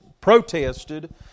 protested